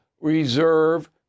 reserve